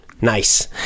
Nice